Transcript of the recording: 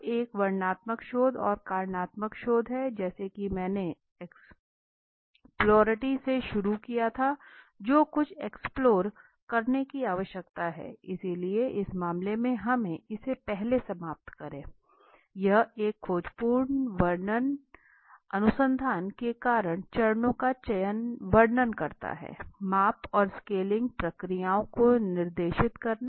अब एक वर्णनात्मक शोध और कारणात्मक शोध है जैसा कि मैंने एक्सप्लोरेटरी से शुरू किया था जो कुछ एक्सप्लोर करने की आवश्यकता है इसलिए इस मामले में हमें इसे पहले समाप्त करें यह एक खोजपूर्ण वर्णन अनुसंधान के कारण चरणों का वर्णन करता है माप और स्केलिंग प्रक्रियाओं को निर्दिष्ट करना